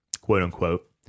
quote-unquote